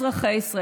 אזרחי ישראל,